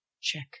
check